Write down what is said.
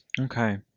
Okay